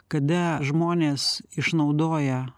kada žmonės išnaudoja